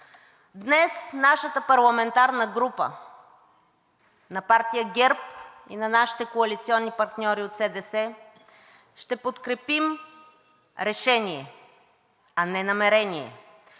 Днес нашата парламентарна група – на партия ГЕРБ и на нашите коалиционни партньори от СДС, ще подкрепим решение, а не намерение.